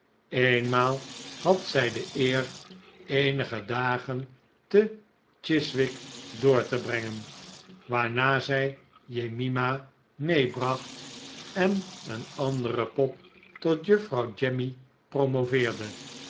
eenmaal had zij de eer eenige dagen te chiswick door te brengen waarna zij jemima meebracht en een andere pop tot juffrouw jemmy promoveerde